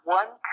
one